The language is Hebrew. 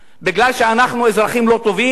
מפני שאנחנו אזרחים לא טובים?